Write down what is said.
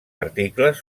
articles